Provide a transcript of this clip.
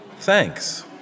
Thanks